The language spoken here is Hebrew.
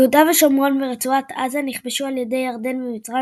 יהודה ושומרון ורצועת עזה נכבשו על ידי ירדן ומצרים,